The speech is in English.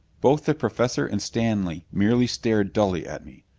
both the professor and stanley merely stared dully at me.